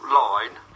line